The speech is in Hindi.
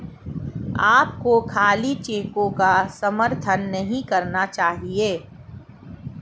आपको खाली चेकों का समर्थन नहीं करना चाहिए